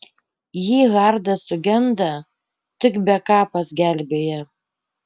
jei hardas sugenda tik bekapas gelbėja